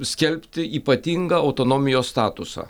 skelbti ypatingą autonomijos statusą